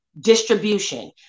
distribution